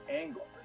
angle